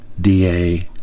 DA